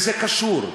וזה קשור.